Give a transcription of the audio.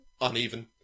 uneven